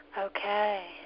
Okay